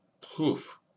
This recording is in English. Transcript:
poof